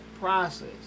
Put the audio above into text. process